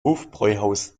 hofbräuhaus